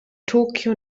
tokyo